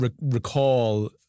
recall